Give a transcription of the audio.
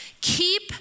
Keep